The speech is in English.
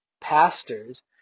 pastors